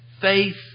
faith